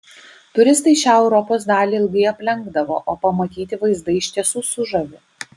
turistai šią europos dalį ilgai aplenkdavo o pamatyti vaizdai iš tiesų sužavi